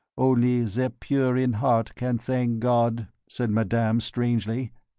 only the pure in heart can thank god, said madame, strangely,